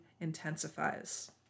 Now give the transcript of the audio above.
intensifies